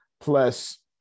plus